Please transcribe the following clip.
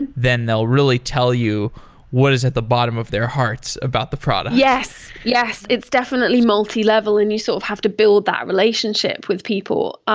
then they'll really tell you what is at the bottom of their hearts about the product yes. yes it's definitely multilevel and you sort of have to build that relationship with people,